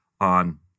on